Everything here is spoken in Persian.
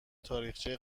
تاریخچه